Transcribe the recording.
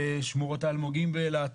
שמורות האלמוגים באילת,